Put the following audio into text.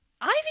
Ivy